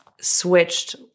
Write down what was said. switched